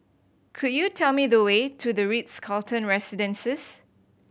could you tell me the way to The Ritz Carlton Residences